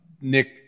Nick